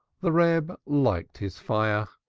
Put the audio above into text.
the reb liked his fire.